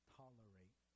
tolerate